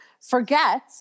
forget